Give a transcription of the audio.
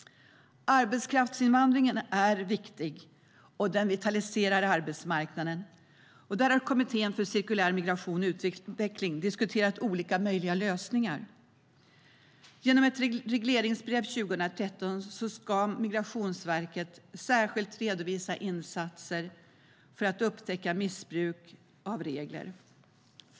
Arbetskraftsinvandringen är viktig och vitaliserar arbetsmarknaden. Där har Kommittén för cirkulär migration och utveckling diskuterat olika möjliga lösningar. Genom ett regleringsbrev 2013 ska Migrationsverket särskilt redovisa insatser för att upptäcka missbruk av regler.